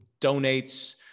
donates